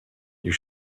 you